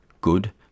Good